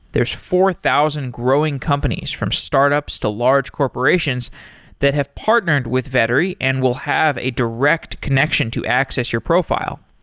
there's four thousand growing companies, from startups to large corporations that have partnered with vettery and will have a direct connection to access your profile.